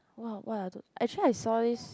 what what are those actually I saw this